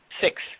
six